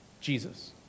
Jesus